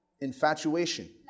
infatuation